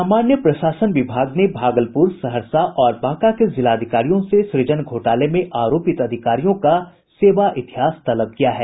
सामान्य प्रशासन विभाग ने भागलपुर सहरसा और बांका के जिलाधिकारियों से सृजन घोटाले में आरोपित अधिकारियों का सेवा इतिहास तलब किया है